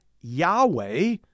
Yahweh